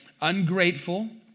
Ungrateful